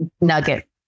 nugget